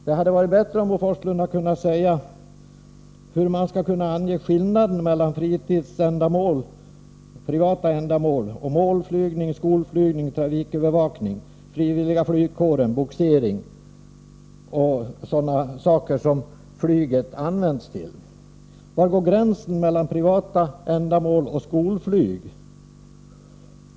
Det hade varit bättre om Bo Forslund hade kunnat säga hur man skall kunna ange skillnaden mellan fritidsändamål eller privata ändamål och målflygning, skolflygning, trafikövervakning, frivilliga flygkårens verksamhet, bogsering och sådana saker. Var går gränsen mellan privata ändamål och skolflyg?